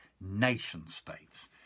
nation-states